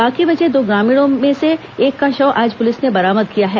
बाकी बचे दो ग्रामीणों से एक का शव आज पुलिस ने बरामद किया है